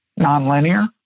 nonlinear